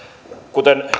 kuten